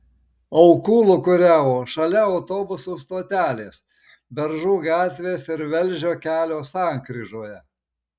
aukų lūkuriavo šalia autobusų stotelės beržų gatvės ir velžio kelio sankryžoje